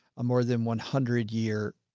a more than one hundred year,